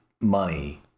money